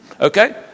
Okay